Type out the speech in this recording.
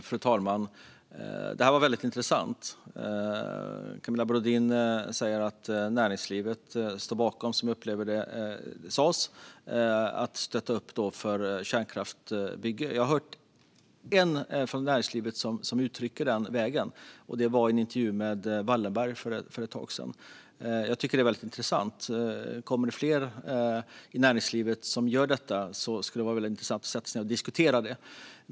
Fru talman! Detta var väldigt intressant. Camilla Brodin säger att näringslivet står bakom att stötta upp för byggande av kärnkraft. Jag har hört en från näringslivet som uttrycker detta, och det var Jacob Wallenberg som gjorde det i en intervju för ett tag sedan. Jag tycker att det är väldigt intressant. Om det kommer fler från näringslivet som vill göra det skulle det vara väldigt intressant att sätta sig ned och diskutera detta.